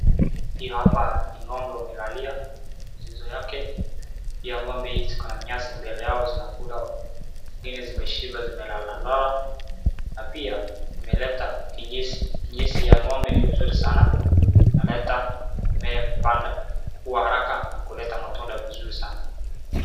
Hii hapa ni ng'ombe wamelalia, pia ngombe hizi ziko na nyasi mbele yao zinakula, zingine zimeshiba zimelala lala, na pia imeleta kinyesi, kinyesi ya ng'ombe ni mzuri sana inaleta mimea kupanda kuwa haraka na kuleta matunda mazuri sana.